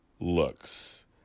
Looks